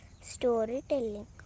Storytelling